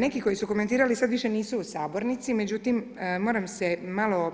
Neki koji su komentirali, sad više nisu u sabornici, međutim, moram se malo